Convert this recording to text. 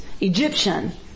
Egyptian